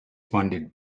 funded